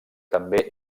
també